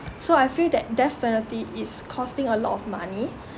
so I feel that death penalty is costing a lot of money